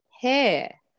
hair